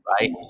right